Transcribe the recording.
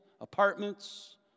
apartments